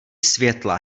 světla